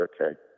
okay